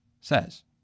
says